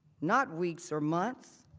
not weeks or months.